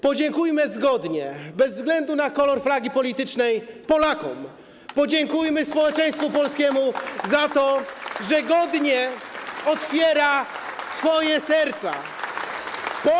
Podziękujmy zgodnie, bez względu na kolor flagi politycznej, Polakom, podziękujmy społeczeństwu polskiemu za to, że godnie otwiera swoje serca.